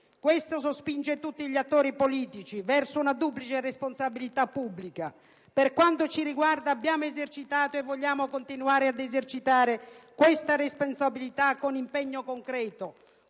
Questo sospinge tutti gli attori politici verso una duplice responsabilità pubblica. Per quanto ci riguarda, abbiamo esercitato e vogliamo continuare ad esercitare questa responsabilità con impegno concreto,